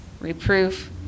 Reproof